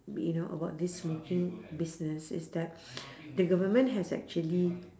you know about this smoking business is that the government has actually